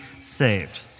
saved